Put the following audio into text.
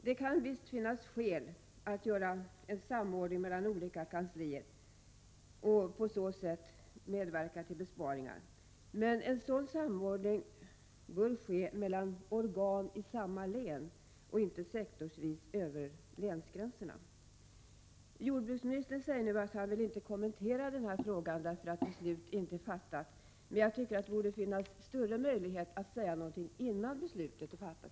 Det kan visst finnas skäl att göra en samordning mellan olika kanslier och på så sätt medverka till besparingar, men en sådan samordning bör ske mellan organ i samma län och inte sektorsvis över länsgränserna. Jordbruksministern säger att han inte nu vill kommentera denna fråga därför att något beslut inte är fattat. Jag tycker att det borde finnas större möjlighet att säga något innan beslut i ärendet är fattat.